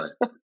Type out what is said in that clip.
Right